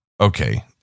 okay